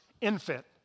infant